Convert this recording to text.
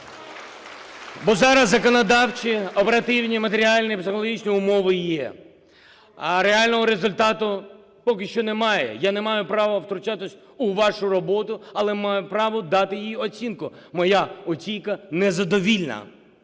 Бо зараз законодавчі, оперативні, матеріальні, психологічні умови є, а реального результату поки що немає. Я не маю права втручатися у вашу роботу, але маю право дати їй оцінку. Моя оцінка – незадовільна,